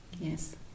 Yes